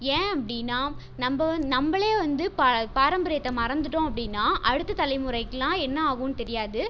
ஏன் அப்படின்னா நம்ம வ நம்மளே வந்து பார பாரம்பரியத்தை மறந்துட்டோம் அப்படின்னா அடுத்த தலைமுறைக்கெல்லாம் என்ன ஆகும்னு தெரியாது